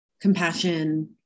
compassion